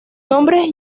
nombre